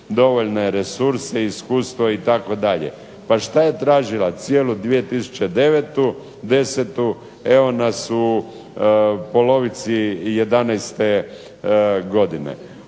dovoljne resurse, iskustva itd. Pa šta je tražila cijelu 2009., 2010., evo nas u polici '11. godine.